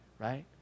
right